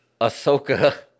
Ahsoka